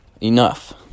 enough